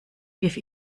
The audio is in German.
wirf